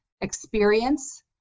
experience